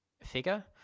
figure